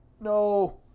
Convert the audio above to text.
No